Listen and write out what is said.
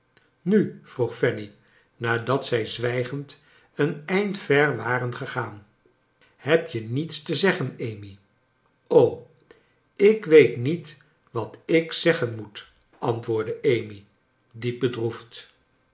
nu vroeg fanny nadat zij zwrjgend een eind ver waren gegaan hebt je niets te zeggen amy ik weet niet wat ik zeggen moet antwoordde amy diep